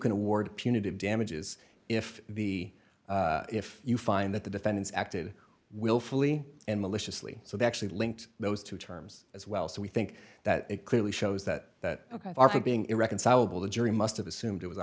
can award punitive damages if the if you find that the defendants acted willfully and maliciously so they actually linked those two terms as well so we think that it clearly shows that that being irreconcilable the jury must have assumed it was a